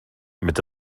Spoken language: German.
mit